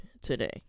today